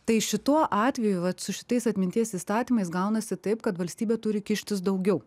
tai šituo atveju vat su šitais atminties įstatymais gaunasi taip kad valstybė turi kištis daugiau